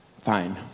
Fine